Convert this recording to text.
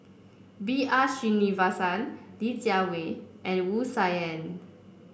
B R Sreenivasan Li Jiawei and Wu Tsai Yen